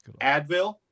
Advil